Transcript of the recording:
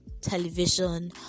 television